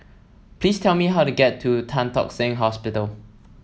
please tell me how to get to Tan Tock Seng Hospital